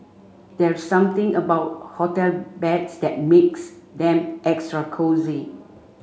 there's something about hotel beds that makes them extra cosy